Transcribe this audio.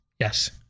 Yes